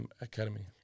Academy